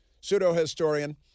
pseudo-historian